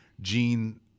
Gene